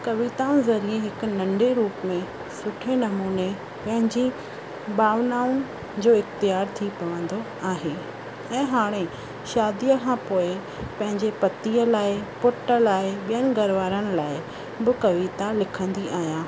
कविताउनि ज़रिए हिक नंढे रुप में सुठे नमूने पंहिंजी भावनाउनि जो इख़्तियारु थी पवंदो आहे ऐं हाणे शादीअ खां पोइ पंहिंजे पतीअ लाइ पुट लाइ ॿियनि घर वारनि लाइ बि कविता लिखंदी आहियां